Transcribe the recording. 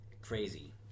crazy